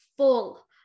full